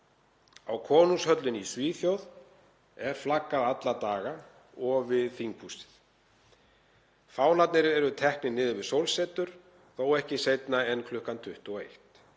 Á konungshöllinni í Svíþjóð er flaggað alla daga og við þinghúsið. Fánarnir eru teknir niður við sólsetur, þó ekki seinna en kl. 21.